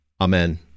Amen